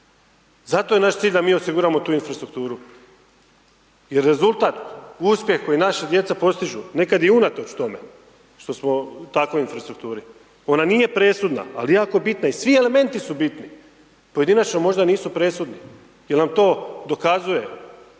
Zato je naš cilj da mi osiguramo tu infrastrukturu jer rezultat, uspjeh koji naša djeca postižu nekad i unatoč tome što smo u takvoj infrastrukturi. Ona nije presudna ali je jako bitna i svi elementi su bitni. Pojedinačno možda nisu presudni jer nam to dokazuje